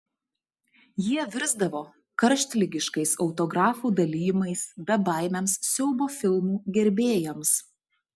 jie virsdavo karštligiškais autografų dalijimais bebaimiams siaubo filmų gerbėjams